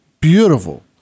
beautiful